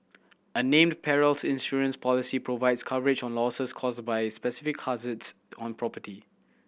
a named perils insurance policy provides coverage on losses caused by specific hazards on property